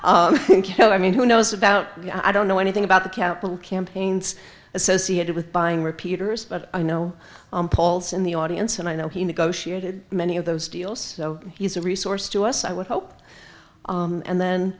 know i mean who knows about the i don't know anything about the capital campaigns associated with buying repeaters but i know paul's in the audience and i know he negotiated many of those deals so he's a resource to us i would hope and then